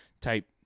type